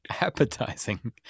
Appetizing